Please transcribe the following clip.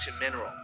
Mineral